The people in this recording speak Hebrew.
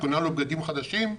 קונה לו בגדים חדשים,